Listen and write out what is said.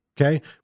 Okay